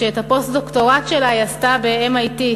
ואת הפוסט-דוקטורט שלה היא עשתה ב-MIT,